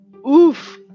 Oof